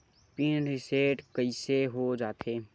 Pin reset कइसे हो जाथे?